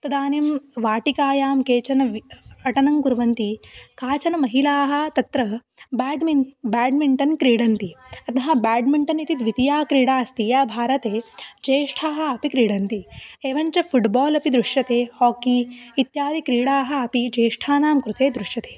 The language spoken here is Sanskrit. तदानीं वाटिकायां केचन वि अटनं कुर्वन्ति काश्चन महिलाः तत्र ब्याड्मिन् ब्याड्मिण्टन् क्रीडन्ति अतः ब्याड्मिण्टन् इति द्वितीया क्रीडा अस्ति या भारते ज्येष्ठाः अपि क्रीडन्ति एवञ्च फ़ुड्बाल् अपि दृश्यते हाकि इत्यादिक्रीडाः अपि ज्येष्ठानाङ्कृते दृश्यते